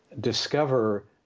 discover